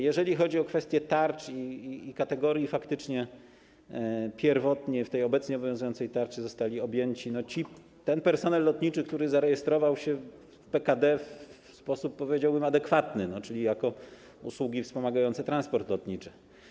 Jeżeli chodzi o kwestię tarcz i kategorii, to faktycznie pierwotnie w tej obecnie obowiązującej tarczy został tym objęty personel lotniczy, który zarejestrował się w PKD w sposób, powiedziałbym, adekwatny, czyli jako usługi wspomagające transport lotniczy.